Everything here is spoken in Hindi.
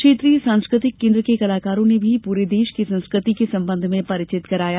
क्षेत्रीय सांस्कृतिक केन्द्र के कलाकारों ने भी पूरे देश की संस्कृति के संबंध में परिचित कराया